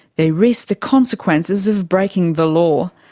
they risked the consequences of breaking the law.